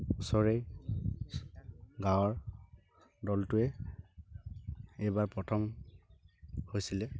ওচৰেই গাঁৱৰ দলটোৱে এইবাৰ প্ৰথম হৈছিলে